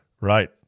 Right